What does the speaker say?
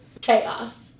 chaos